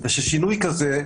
שינוי שכזה,